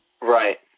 Right